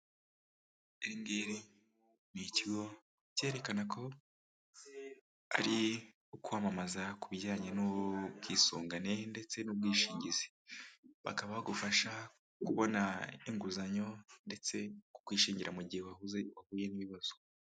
Iri ngiri n'ikigo cyerekana ko ari ukwamamaza ku bijyanye n'ubwisungane ndetse n'ubwishingizi, bakaba bagufasha kubona inguzanyo ndetse kukwishingira mu gihe wahuye n'ibibazo.